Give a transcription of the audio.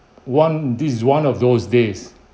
one this is one of those days